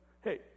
hey